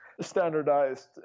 standardized